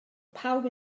pawb